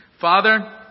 Father